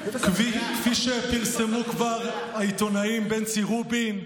כפי שפרסמו כבר העיתונאים בנצי רובין,